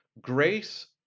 Grace